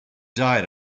died